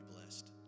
blessed